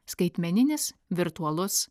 skaitmeninis virtualus